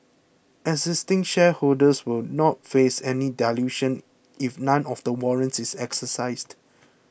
existing shareholders will not face any dilution if none of the warrants is exercised